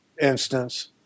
instance